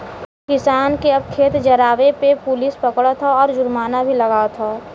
किसान के अब खेत जरावे पे पुलिस पकड़त हौ आउर जुर्माना भी लागवत हौ